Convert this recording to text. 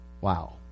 Wow